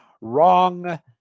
Wrong